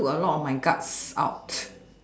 took a lot of my guts out